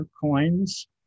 coins